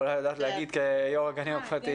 אבל היא יושבת ראש הגנים הפרטיים.